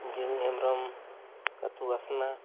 ᱡᱩᱢᱤ ᱦᱮᱢᱵᱨᱚᱢ ᱟᱹᱛᱩ ᱟᱥᱱᱟ